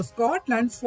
Scotland